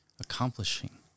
accomplishing